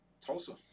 Tulsa